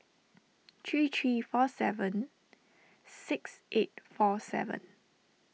three three four seven six eight four seven